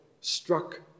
struck